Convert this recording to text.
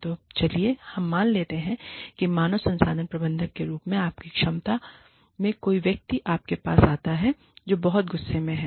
तो चलिए हम मान लेते हैं कि मानव संसाधन प्रबंधक के रूप में आपकी क्षमता में कोई व्यक्ति आपके पास आता है जो बहुत गुस्से में है